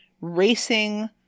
racing